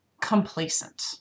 complacent